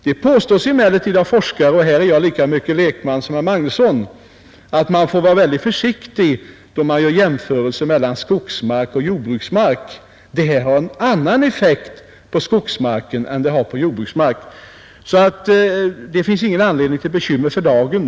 Det påstås emellertid av forskare — och här är jag lika mycket lekman som herr Magnusson i Kristinehamn — att man får vara väldigt försiktig när man gör jämförelser mellan skogsmark och jordbruksmark. Denna gödsling har en annan effekt på skogsmark än på jordbruksmark. För dagen finns det alltså ingen anledning till bekymmer.